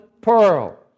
pearl